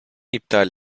iptal